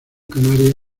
canaria